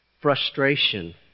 frustration